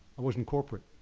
i wasn't corporate.